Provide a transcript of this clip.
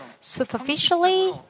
superficially